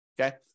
Okay